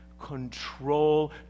control